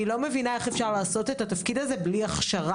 אני לא מבינה איך אפשר לעשות את התפקיד הזה בלי הכשרה.